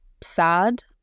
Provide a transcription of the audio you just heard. sad